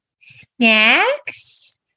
snacks